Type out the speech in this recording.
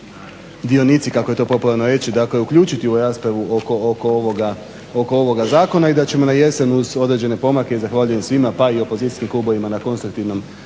dionici kako je to popularno reći uključiti u raspravu oko ovoga zakona i da ćemo na jesen uz određene pomake zahvaljujem svima pa i opozicijskim klubovima na konstruktivnoj